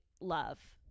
love